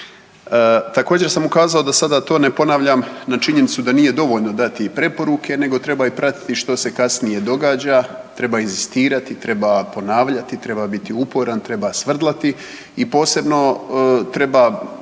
Također sam ukazao da sada to ne ponavljam na činjenicu da nije dovoljno dati preporuke, nego treba i pratiti što se kasnije događa, treba inzistirati, treba ponavljati, treba biti uporan, treba svrdlati i posebno treba